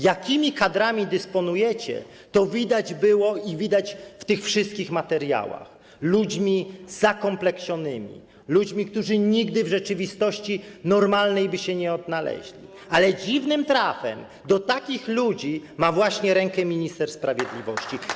Jakimi kadrami dysponujecie, to widać było i jest w tych wszystkich materiałach: ludźmi zakompleksionymi, ludźmi, którzy w normalnej rzeczywistości nigdy by się nie odnaleźli, ale dziwnym trafem do takich ludzi rękę ma właśnie minister sprawiedliwości.